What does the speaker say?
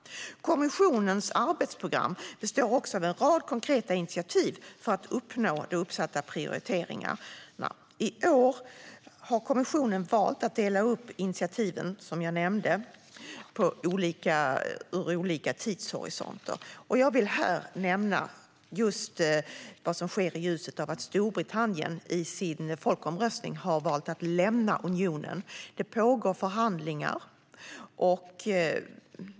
Kommissionens arbetsprogram består också av en rad konkreta initiativ för att uppnå de uppsatta prioriteringarna. I år har kommissionen, som jag nämnde, valt att dela upp initiativen på olika tidshorisonter. Jag vill här nämna vad som sker i ljuset av att Storbritannien efter sin folkomröstning har valt att lämna unionen. Det pågår förhandlingar.